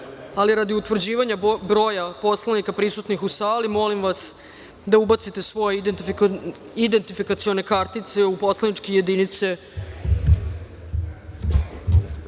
poslanika. Radi utvrđivanja broja narodnih poslanika prisutnih u sali molim vas da ubacite svoje identifikacione kartice u poslaničke jedinice. Molim